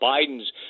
Biden's